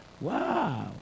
Wow